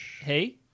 Hey